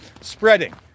spreading